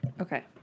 Okay